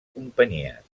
companyies